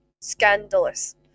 scandalous